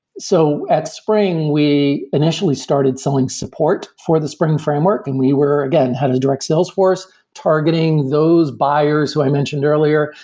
so at spring, we initially started selling support for the spring framework and we were, again, had a direct sales force targeting those buyers who i mentioned earlier,